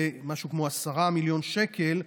זה משהו כמו 10 מיליון שקלים,